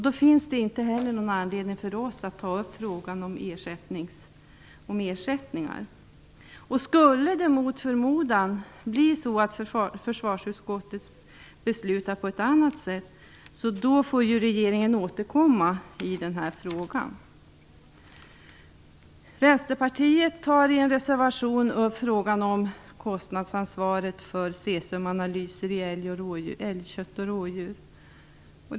Då finns det inte heller någon anledning för oss att ta upp frågan om ersättningar. Om det mot förmodan skulle bli så att försvarsutskottet beslutar något annat, får regeringen återkomma i frågan. Vänsterpartiet tar i en reservation upp frågan om kostnadsansvaret för cesiumanalyser av älgkött och rådjurskött.